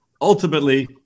ultimately